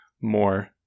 more